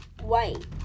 White